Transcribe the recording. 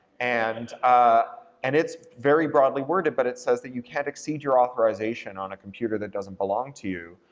and ah and it's very broadly worded, but it says that you can't exceed your authorization on a computer that doesn't belong to you,